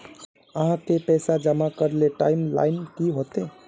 आहाँ के पैसा जमा करे ले टाइम लाइन की होते?